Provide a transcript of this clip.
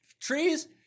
Trees